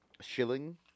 Shilling